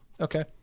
Okay